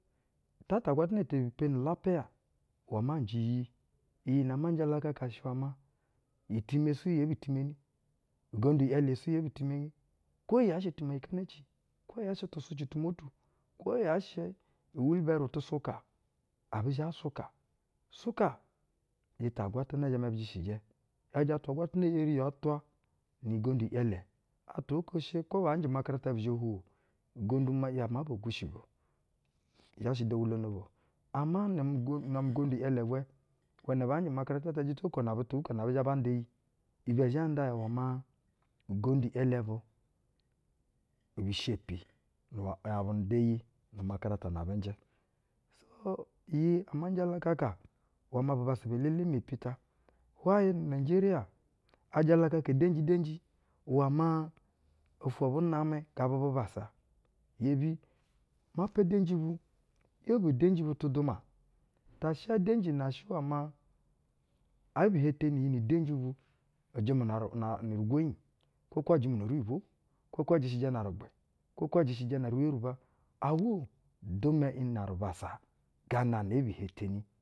Taa ta-agwatana te bi peni ulapiya iwɛ maa njɛ iyi, iyi nɛ ama jalakaka shɛ iwɛ maa, itimɛ suu yee bi timeni, ugondu i’ɛlɛ suu yee bi timeni, kwo yaa shɛ ti meyi keneci, kwo yaa shɛ tu sucɛ tu umotu, kwo yaa shɛ uwilbayiro tu suka, ɛbi zhɛ suka, suka. Jita-agwatana eri ya twa nu-ugondu i’ɛlɛ, atwa oko shɛ kwo baa nje umakarata, bi zhɛ hwuwo ugondu ya maa bo gwushigo i zha shɛ dowulono buo. Ama nam, na-amɛ ugondu i’ɛlɛ ubua iwɛnɛ baa njɛ umakarata ata, jito uko nab utu bu ko na ɛbi zha nda iyi, ibɛ zhɛ nda ya iwɛ maa, ugondu i’ɛlɛ by ibi shepi iwɛ, y aba nda iyi nu umakarata na abu-njɛ. Nu gana ata, iyi amam jalakaka iwɛ maa bubassa be-elele mepi ta. Hwayɛ ni unajeriya, ajalakaka denji den ji ivɛ maa ufwo abu namɛ gaba bubassa. Iyebi, mapa udenji bu, ‘yobo udenji bu tuduma, ta sha udenji na shɛ iwɛ maa ɛbi heteni iyi nu udenji bu, ijɛmɛ na ru, na, rugwonyi kwo kaa jɛmɛ no riyibwa, kwo kaa jishijɛ na rɛgbu, kwo kaa jishijɛ ne ri yorub. Awo: duma iƞ na rubassa gana nae e bi heteni.